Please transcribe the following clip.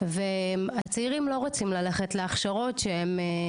והצעירים לא רוצים ללכת להכשרות שהן,